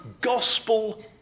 gospel